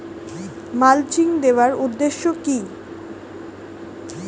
Mulching দেওয়ার উদ্দেশ্য কি?